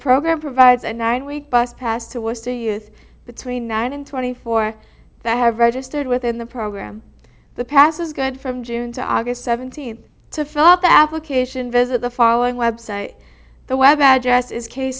program provides a nine week bus pass to was to youth between nine and twenty four i have registered with in the program the past is good from june to august seventeenth to fill up the application visit the following website the web address is case